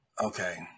Okay